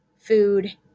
food